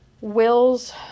Wills